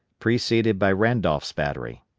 preceded by randolph's battery.